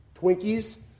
Twinkies